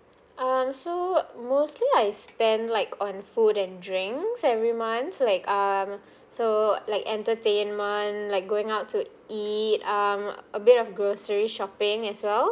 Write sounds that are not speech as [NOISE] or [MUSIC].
[BREATH] um so mostly I spend like on food and drinks every month like um so like entertainment like going out to eat um a bit of grocery shopping as well